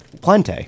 Plante